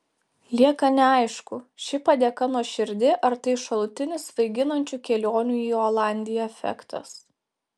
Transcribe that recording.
lieka neaišku ši padėka nuoširdi ar tai šalutinis svaiginančių kelionių į olandiją efektas